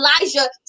Elijah